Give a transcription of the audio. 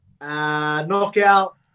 knockout